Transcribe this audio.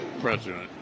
president